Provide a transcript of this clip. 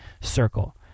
circle